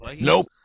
Nope